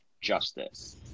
justice